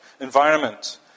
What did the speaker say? environment